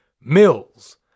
mills